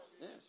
yes